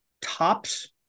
tops